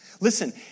Listen